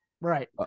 right